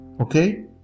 Okay